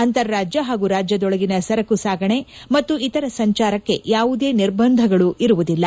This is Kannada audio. ಅಂತಾರಾಜ್ಯ ಹಾಗೂ ರಾಜ್ಯದೊಳಗಿನ ಸರಕು ಸಾಗಣೆ ಮತ್ತು ಇತರ ಸಂಚಾರಕ್ಕೆ ಯಾವುದೇ ನಿರ್ಬಂಧಗಳಿರುವುದಿಲ್ಲ